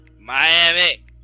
Miami